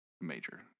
major